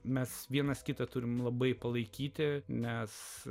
mes vienas kitą turime labai palaikyti nes